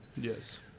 Yes